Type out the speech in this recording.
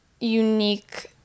unique